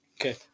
Okay